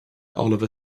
oliver